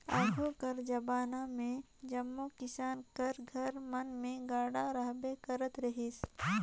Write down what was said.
आघु कर जबाना मे जम्मो किसान कर घर मन मे गाड़ा रहबे करत रहिस